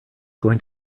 going